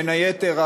בין היתר,